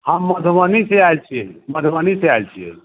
हम मधुबनीसँ आयल छियै मधुबनीसँ आयल छियै